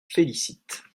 félicite